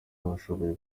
washoboye